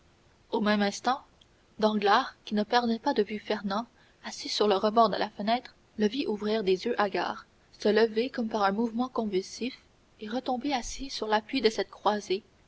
au même instant danglars qui ne perdait pas de vue fernand assis sur le rebord de la fenêtre le vit ouvrir des yeux hagards se lever comme par un mouvement convulsif et retomber assis sur l'appui de cette croisée